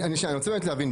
אני רוצה להבין,